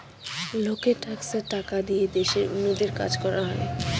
লোকের ট্যাক্সের টাকা দিয়ে দেশের উন্নতির কাজ করা হয়